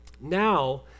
now